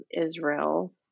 Israel